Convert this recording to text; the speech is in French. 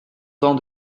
tant